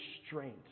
restraint